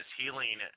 Healing